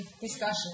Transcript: discussion